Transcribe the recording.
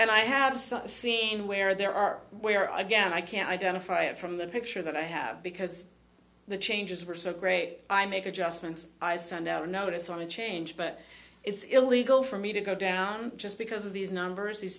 and i have such a scene where there are where i again i can't identify it from the picture that i have because the changes were so great i make adjustments i send out a notice on a change but it's illegal for me to go down just because of these numbers the